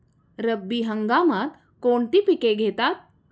रब्बी हंगामात कोणती पिके घेतात?